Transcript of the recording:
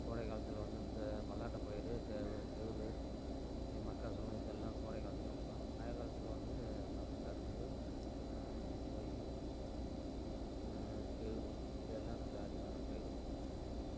கோடைக்காலத்தில் வந்து இந்த மல்லாட்டை பயிர் கேவுரு இது மக்காச்சோளம் இதெல்லாம் கோடைக்காலத்தில் வைக்கலாம் மழைக் காலத்தில் வந்து கரும்பு நெல் பயிர் கேவுரு இதெல்லாம் நல்லா அருமையான பயிர்